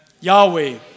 Yahweh